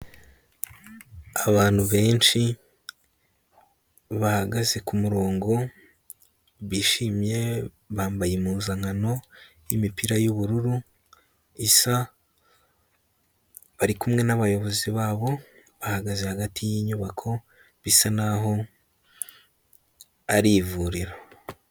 Abantu benshi bahagaze ku murongo bishimye, bambaye impuzankano y'imipira y'ubururu isa, bari kumwe n'abayobozi babo bagaze hagati y'inyubako bisa naho ari ivuriro.